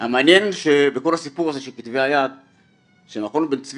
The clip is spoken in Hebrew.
המעניין בכל הסיפור הזה של כתבי היד שמכון בן צבי